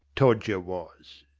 todger was.